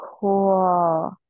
cool